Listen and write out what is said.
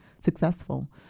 successful